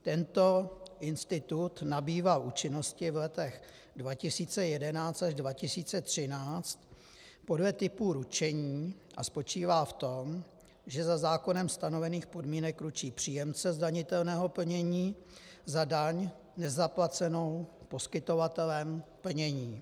Tento institut nabýval účinnosti v letech 2011 až 2013 podle typu ručení a spočívá v tom, že za zákonem stanovených podmínek ručí příjemce zdanitelného plnění za daň nezaplacenou poskytovatelem plnění.